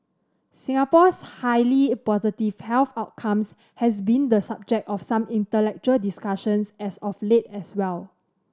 Singapore's highly positive health outcomes has been the subject of some intellectual discussions as of late as well